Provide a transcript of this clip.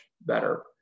better